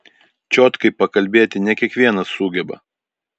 čiotkai pakalbėti ne kiekvienas sugeba